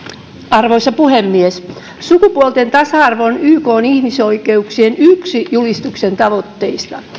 arvoisa puhemies sukupuolten tasa arvo on yksi ykn ihmisoikeuksien julistuksen tavoitteista